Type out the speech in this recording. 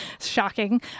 shocking